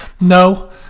no